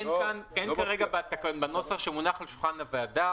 אין כרגע בנוסח שמונח על שולחן הוועדה